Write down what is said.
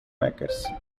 makers